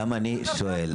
גם אני שואל.